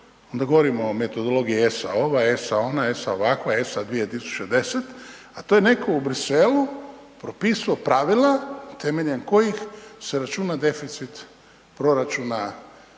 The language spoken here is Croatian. onda govorimo o metodologiji ESA ova, ESA ona, ESA ovakva, ESA 2010, a to je netko u Bruxellesu propisao pravila temeljem kojih se računa deficit proračuna